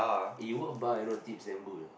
eh you work bar you know tips damn good leh